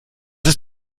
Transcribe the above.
ist